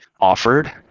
offered